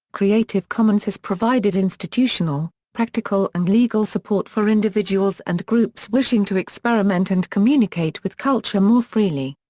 creative commons has provided institutional, practical and legal support for individuals and groups wishing to experiment and communicate with culture more freely.